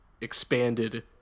expanded